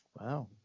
Wow